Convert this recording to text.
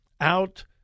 out